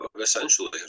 essentially